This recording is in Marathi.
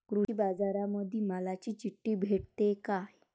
कृषीबाजारामंदी मालाची चिट्ठी भेटते काय?